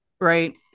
right